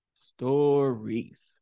stories